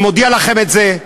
אני מודיע לכם את זה,